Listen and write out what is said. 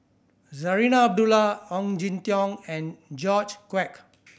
Zarinah Abdullah Ong Jin Teong and George Quek